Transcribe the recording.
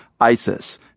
ISIS